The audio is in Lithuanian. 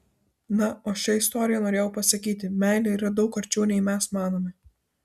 na o šia istorija norėjau pasakyti meilė yra daug arčiau nei mes manome